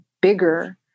bigger